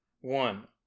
One